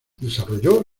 desarrolló